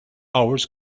hours